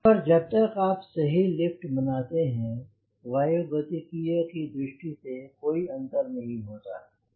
पर तक आप सही लिफ्ट बनाते हैं वायुगतिकीय की दृष्टि से कोई अंतर नहीं होता है